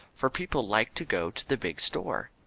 for people like to go to the big store.